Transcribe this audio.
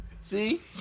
See